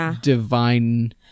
divine